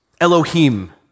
Elohim